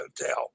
hotel